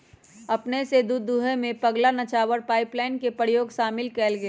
अपने स दूध दूहेमें पगला नवाचार पाइपलाइन के प्रयोग शामिल कएल गेल